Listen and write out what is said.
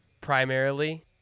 primarily